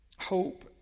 Hope